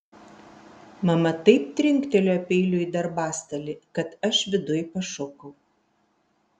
mama taip trinktelėjo peiliu į darbastalį kad aš viduj pašokau